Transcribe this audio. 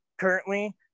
currently